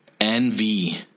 NV